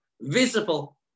Visible